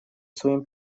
своим